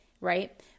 right